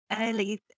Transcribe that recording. early